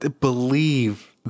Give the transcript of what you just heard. believe